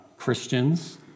Christians